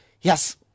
Yes